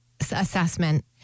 assessment